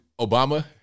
Obama